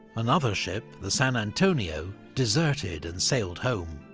another ship, the san antonio, deserted and sailed home.